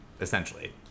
Essentially